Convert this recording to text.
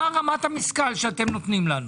מה מנת המשכל שאתם נותנים לנו?